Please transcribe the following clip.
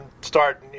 start